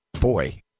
Boy